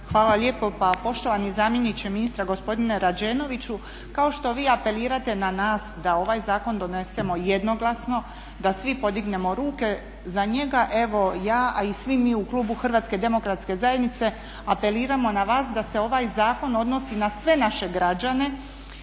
Hvala lijepo. Pa poštovani zamjeniče ministra gospodine Rađenoviću kao što vi apelirate na nas da ovaj zakon donesemo jednoglasno, da svi podignemo ruke za njega. Evo ja, a i svi mi u klubu HDZ-a apeliramo na vas da se ovaj zakon odnosi na sve naše građane